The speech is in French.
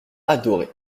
adoré